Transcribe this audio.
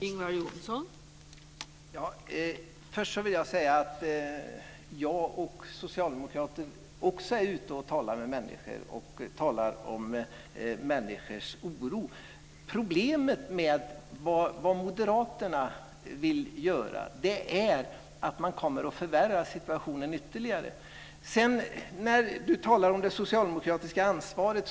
Fru talman! Först vill jag säga att jag och socialdemokrater också är ute och talar med människor och talar om människors oro. Problemet med det moderaterna vill göra är att man kommer att förvärra situationen ytterligare. Fredrik Reinfeldt talar om det socialdemokratiska ansvaret.